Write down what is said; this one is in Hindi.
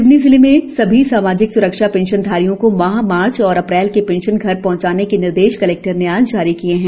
सिवनी जिले में सभी सामाजिक स्रक्षा पेंशन धारियों को माह मार्च एवं अप्रैल की पेंशन घर पहँचने के निर्देश कलेक्टर ने आज जारी किए है